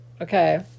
okay